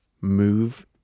move